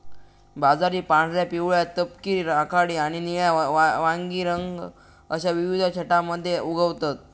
बाजरी पांढऱ्या, पिवळ्या, तपकिरी, राखाडी आणि निळ्या वांगी रंग अश्या विविध छटांमध्ये उगवतत